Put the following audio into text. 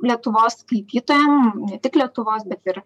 lietuvos skaitytojam ne tik lietuvos bet ir